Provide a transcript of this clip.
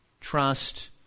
trust